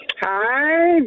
Hi